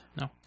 no